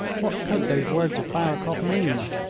what could those words of barakoff mean?